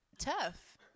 tough